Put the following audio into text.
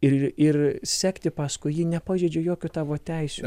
ir ir sekti paskui jį nepažeidžia jokių tavo teisių